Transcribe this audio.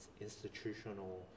institutional